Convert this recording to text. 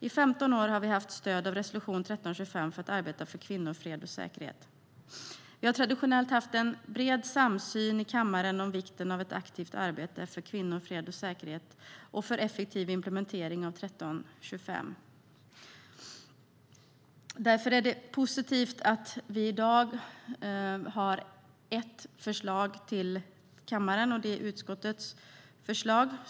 I 15 år har vi haft stöd av resolution 1325 för att arbeta för kvinnor, fred och säkerhet. Vi har traditionellt sett haft en bred samsyn i kammaren om vikten av ett aktivt arbete för kvinnor, fred och säkerhet och för effektiv implementering av 1325. Det är därför positivt att vi i dag har ett förslag till kammaren. Det är utskottets förslag.